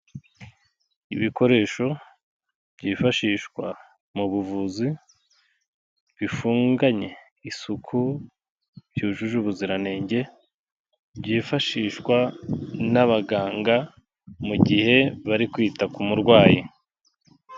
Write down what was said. Ibikoresho byifashishwa mu buvuzi, bifunganye isuku, byujuje ubuziranenge, byifashishwa n'abaganga mu gihe bari kwita ku murwayi.